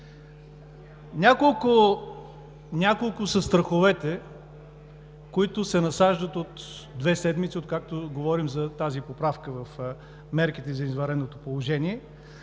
Няколко са страховете, които се насаждат от две седмици, откакто говорим за тази поправка в мерките за извънредното положение.